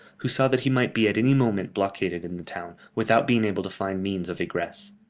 who saw that he might be at any moment blockaded in the town, without being able to find means of egress.